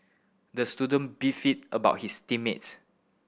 the student beefed about his team mates